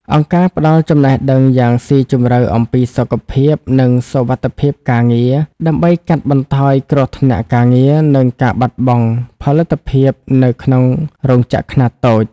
អង្គការផ្ដល់ចំណេះដឹងយ៉ាងស៊ីជម្រៅអំពីសុខភាព និងសុវត្ថិភាពការងារ ដើម្បីកាត់បន្ថយគ្រោះថ្នាក់ការងារ និងការបាត់បង់ផលិតភាពនៅក្នុងរោងចក្រខ្នាតតូច។